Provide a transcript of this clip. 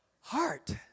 heart